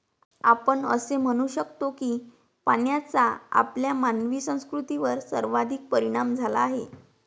आपण असे म्हणू शकतो की पाण्याचा आपल्या मानवी संस्कृतीवर सर्वाधिक परिणाम झाला आहे